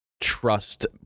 trust